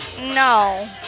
no